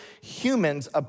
humans